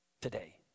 today